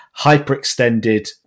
hyperextended